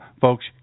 Folks